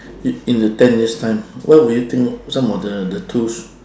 in in the ten years time what would you think some of the the tools